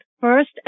first